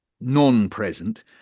non-present